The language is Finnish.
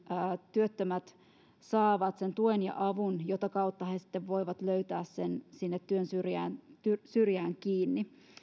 työttömät saavat sen tuen ja avun mitä kautta he sitten voivat löytää sinne työn syrjään työn syrjään kiinni